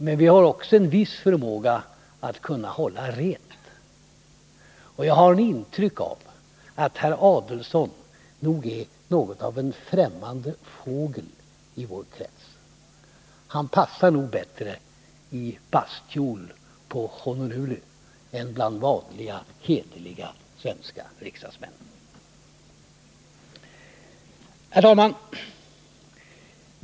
Men vi har också en viss förmåga att hålla rent. Jag har ett intryck av att herr Adelsohn är något av en främmande fågel i vår krets. Han passar nog bättre i bastkjol på Honolulu än bland vanliga, hederliga, svenska riksdagsmän. Herr talman!